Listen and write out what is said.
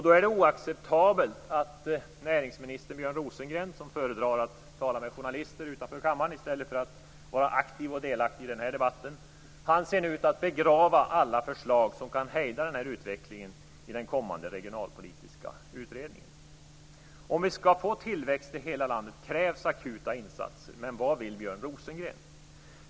Då är det oacceptabelt att näringsminister Björn Rosengren - som föredrar att tala med journalister utanför kammaren i stället för att vara aktiv och delaktig i den här debatten - nu ser ut att begrava alla förslag som kan hejda denna utveckling i den kommande regionalpolitiska utredningen. Om vi skall få tillväxt i hela landet krävs akuta insatser. Men vad vill Björn Rosengren?